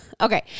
okay